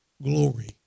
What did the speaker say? Glory